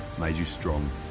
made you strong,